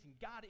God